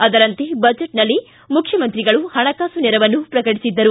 ಅದರಂತೆ ಬಜೆಚ್ನಲ್ಲಿ ಮುಖ್ಯಮಂತ್ರಿಗಳು ಹಣಕಾಸು ನೆರವನ್ನು ಪ್ರಕಟಿಸಿದ್ದರು